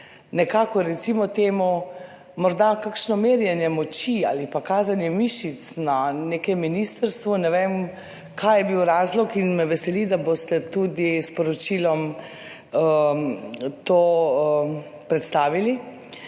zaradi, recimo temu, morda kakšnega merjenja moči ali pa kazanja mišic na nekem ministrstvu, ne vem, kaj je bil razlog, in me veseli, da boste tudi s poročilom to predstavili.